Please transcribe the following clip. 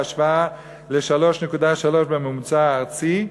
בהשוואה ל-3.3 בממוצע הארצי,